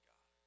God